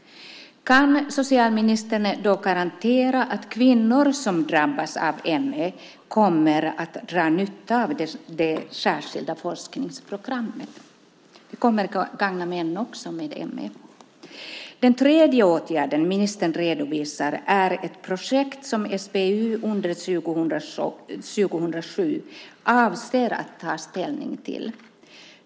Kan socialministern då garantera att kvinnor som drabbas av ME kommer att dra nytta av det särskilda forskningsprogrammet? Det kommer också att gagna män med ME. Den tredje åtgärden som ministern redovisar är ett projekt som SBU under 2007 avser att ta ställning till.